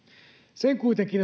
sen kuitenkin